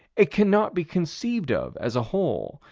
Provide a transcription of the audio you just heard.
it cannot be conceived of as a whole,